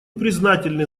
признательны